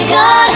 God